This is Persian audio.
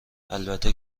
البته